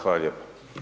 Hvala lijepo.